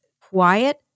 quiet